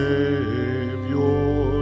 Savior